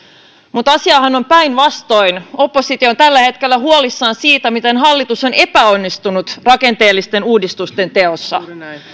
mutta asiahan on päinvastoin oppositio on tällä hetkellä huolissaan siitä miten hallitus on epäonnistunut rakenteellisten uudistusten teossa